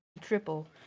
Triple